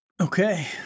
Okay